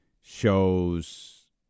shows